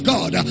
God